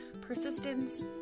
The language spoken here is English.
Persistence